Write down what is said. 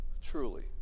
Truly